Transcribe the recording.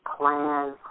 plan